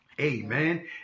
Amen